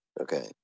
Okay